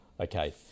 Okay